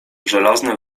żelazne